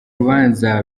rubanza